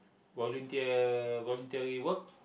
volunteer voluntary work